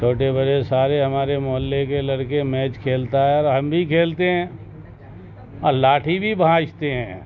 چھوٹے بڑے سارے ہمارے محلے کے لڑکے میچ کھیلتا ہے اور ہم بھی کھیلتے ہیں اور لاٹھی بھی بھانجتے ہیں